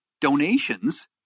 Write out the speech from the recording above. donations